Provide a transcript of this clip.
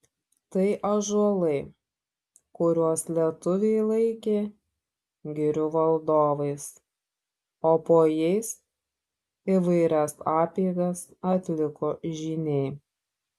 tai ąžuolai kuriuos lietuviai laikė girių valdovais o po jais įvairias apeigas atliko žyniai